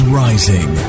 rising